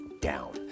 down